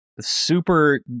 Super